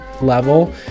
level